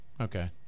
Okay